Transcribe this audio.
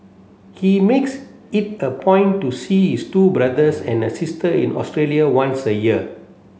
he makes it a point to see his two brothers and a sister in Australia once a year